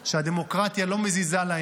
שהדמוקרטיה לא מזיזה להם,